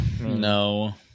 No